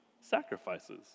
sacrifices